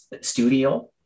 studio